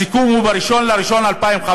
הסיכום הוא ב-1 בינואר 2015,